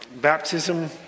baptism